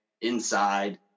inside